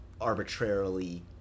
arbitrarily